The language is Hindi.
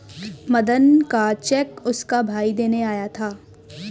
मदन का चेक उसका भाई देने आया था